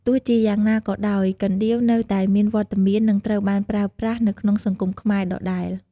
ទោះជាយ៉ាងណាក៏ដោយ កណ្ដៀវនៅតែមានវត្តមាន និងត្រូវបានប្រើប្រាស់នៅក្នុងសង្គមខ្មែរដដែល។